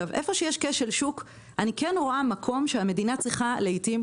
במקום שיש כשל שוק אני רואה מקום שהמדינה צריכה להתערב לעיתים.